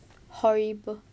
horrible